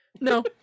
No